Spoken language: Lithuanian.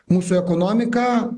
mūsų ekonomika